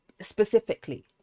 specifically